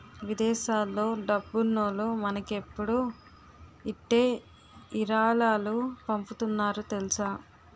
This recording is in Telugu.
విదేశాల్లో డబ్బున్నోల్లు మనకిప్పుడు ఇట్టే ఇరాలాలు పంపుతున్నారు తెలుసా